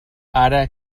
ara